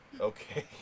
Okay